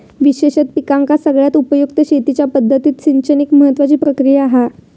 विशेष पिकांका सगळ्यात उपयुक्त शेतीच्या पद्धतीत सिंचन एक महत्त्वाची प्रक्रिया हा